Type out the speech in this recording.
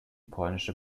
polnische